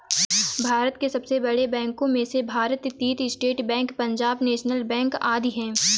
भारत के सबसे बड़े बैंको में से भारतीत state bank, Punjab national bank आदि है